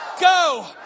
Go